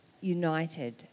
united